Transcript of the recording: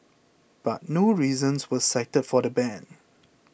but no reasons were cited for the ban